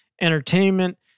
entertainment